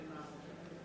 כל הממשלה